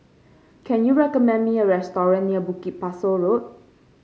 can you recommend me a restaurant near Bukit Pasoh Road